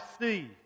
see